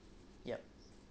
yup